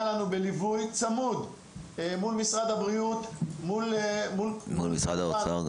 לנו בליווי צמוד מול משרד הבריאות ---- גם מול משרד האוצר.